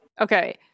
okay